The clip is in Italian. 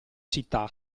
città